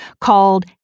called